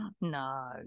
No